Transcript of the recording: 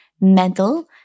mental